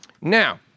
Now